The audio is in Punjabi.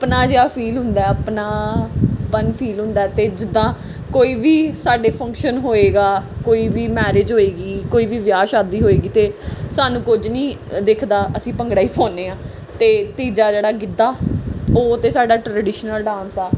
ਆਪਣਾ ਜਿਹਾ ਫੀਲ ਹੁੰਦਾ ਆਪਣਾਪਨ ਫੀਲ ਹੁੰਦਾ ਅਤੇ ਜਿੱਦਾਂ ਕੋਈ ਵੀ ਸਾਡੇ ਫੰਕਸ਼ਨ ਹੋਏਗਾ ਕੋਈ ਵੀ ਮੈਰਿਜ ਹੋਏਗੀ ਕੋਈ ਵੀ ਵਿਆਹ ਸ਼ਾਦੀ ਹੋਏਗੀ ਤਾਂ ਸਾਨੂੰ ਕੁਝ ਨਹੀਂ ਦਿਖਦਾ ਅਸੀਂ ਭੰਗੜਾ ਹੀ ਪਾਉਂਦੇ ਹਾਂ ਅਤੇ ਤੀਜਾ ਜਿਹੜਾ ਗਿੱਧਾ ਉਹ ਤਾਂ ਸਾਡਾ ਟਰਡੀਸ਼ਨਲ ਡਾਂਸ ਆ